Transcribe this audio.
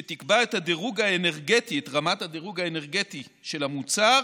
שתקבע את רמת הדירוג האנרגטי של המוצר